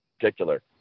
particular